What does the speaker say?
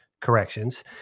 corrections